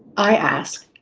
i ask,